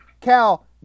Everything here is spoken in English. Cal